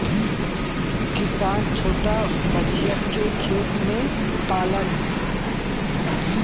किसान छोटा बछिया के खेत में पाललन